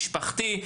משפחתי,